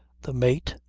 the mate,